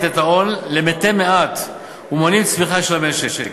את ההון למתי-מעט ומונעים צמיחה של המשק.